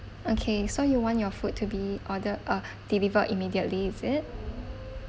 okay so you want your food to be ordered uh delivered immediately is it